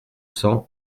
cents